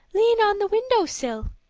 lean on the window sill,